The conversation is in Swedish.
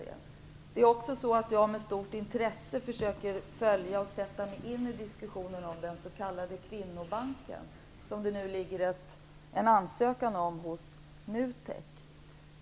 Jag försöker också med stort intresse följa och sätta mig in i diskussionen om den s.k. kvinnobanken, som det ligger en ansökan om hos NUTEK.